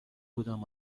بودم